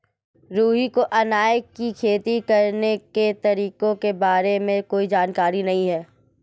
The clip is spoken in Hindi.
रुहि को अनार की खेती करने के तरीकों के बारे में कोई जानकारी नहीं है